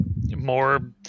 more